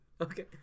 Okay